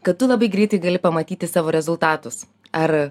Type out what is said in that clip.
kad tu labai greitai gali pamatyti savo rezultatus ar